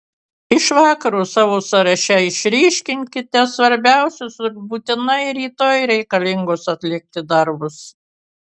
iš vakaro savo sąraše išryškinkite svarbiausius ir būtinai rytoj reikalingus atlikti darbus